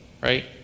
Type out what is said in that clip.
right